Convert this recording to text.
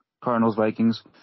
Cardinals-Vikings